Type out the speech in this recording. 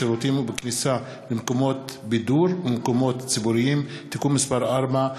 בשירותים ובכניסה למקומות בידור ולמקומות ציבוריים (תיקון מס' 4),